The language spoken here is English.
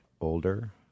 older